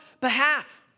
behalf